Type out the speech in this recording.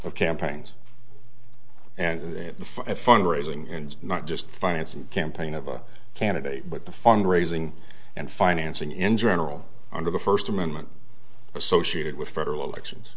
of campaigns and the fund raising and not just financing campaign of a candidate with the fund raising and financing in general under the first amendment associated with federal elections